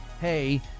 hey